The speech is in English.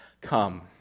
come